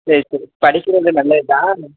சரி சரி படிக்கிறது நல்லது தான்